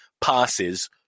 passes